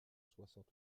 soixante